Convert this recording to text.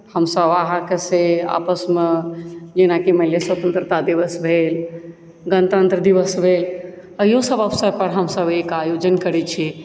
हमसभ अहाँके से आपसमे जेनाकि मानि लिअ स्वतन्त्रता दिवस भेल गणतन्त्र दिवस भेल अहियो सभ अवसरपर हमसभ एक आयोजन करैत छी